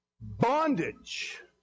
Bondage